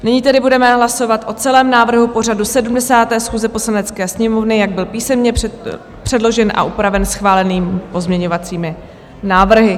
Nyní tedy budeme hlasovat o celém návrhu pořadu 70. schůze Poslanecké sněmovny, jak byl písemně předložen a upraven schválenými pozměňovacími návrhy